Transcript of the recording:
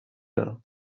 heure